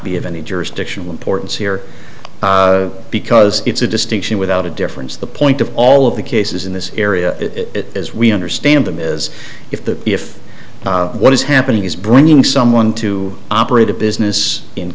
be of any jurisdiction reports here because it's a distinction without a difference the point of all of the cases in this area as we understand them is if that if what is happening is bringing someone to operate a business in